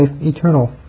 eternal